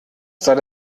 sah